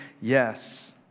yes